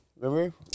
Remember